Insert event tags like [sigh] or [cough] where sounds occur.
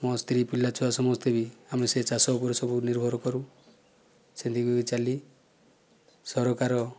ମୋ ସ୍ତ୍ରୀ ପିଲା ଛୁଆ ସମସ୍ତେ ବି ଆମେ ସେ ଚାଷ ଉପରେ ସବୁ ନିର୍ଭର କରୁ [unintelligible] ଚାଲି ସରକାର